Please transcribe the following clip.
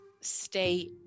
stay